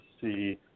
see